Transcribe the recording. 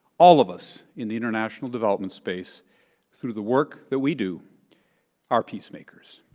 all of us in the international development space through the work that we do are peacemakers.